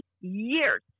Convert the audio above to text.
years